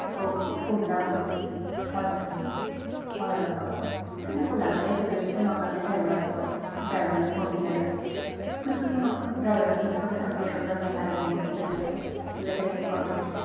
okay Ponda Goa होय sir हय sir हय हय हय सर ते स्कुला कडेन येतगीर सुद्दां म्हाका ते ड्रायवराचो ड्रायवरान फोन केल्या जाता ओके सो तुमी म्हाका ड्रायवराचो नंबर सांगपाक शकता म्हणजे ह्या एरयान कोण दिता तो so that I can contact him